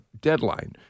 deadline